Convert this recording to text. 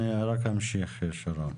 אני רק אמשיך, שרון.